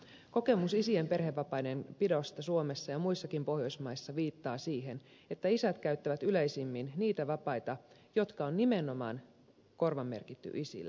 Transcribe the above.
kokemus isien perhevapaiden pidosta suomessa ja muissakin pohjoismaissa viittaa siihen että isät käyttävät yleisimmin niitä vapaita jotka on nimenomaan korvamerkitty isille